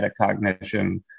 metacognition